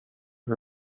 her